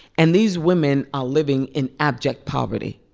and these women are living in abject poverty.